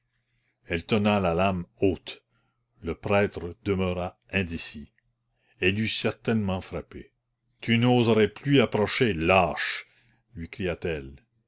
elle tenait la lame haute le prêtre demeura indécis elle eût certainement frappé tu n'oserais plus approcher lâche lui